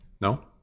No